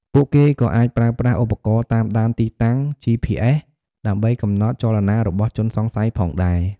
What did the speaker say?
ពួកគេក៏អាចប្រើប្រាស់ឧបករណ៍តាមដានទីតាំង ជីភីអេស ដើម្បីកំណត់ចលនារបស់ជនសង្ស័យផងដែរ។